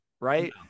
right